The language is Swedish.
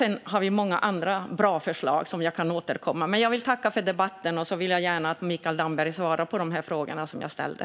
Vi har även många andra bra förslag som jag kan återkomma till. Men jag vill tacka för debatten, och jag vill gärna att Mikael Damberg svarar på de frågor som jag ställde.